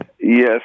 Yes